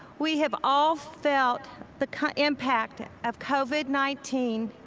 we have all felt the impact of covid nineteen,